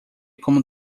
como